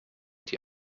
die